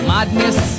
Madness